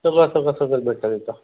सगळं सगळं सगळंच भेटतं आहे तिथं